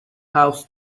house